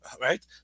Right